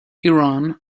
iran